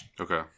Okay